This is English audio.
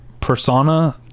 persona